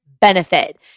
benefit